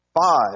Five